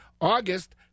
August